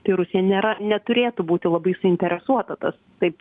tai rusija nėra neturėtų būti labai suinteresuota tas taip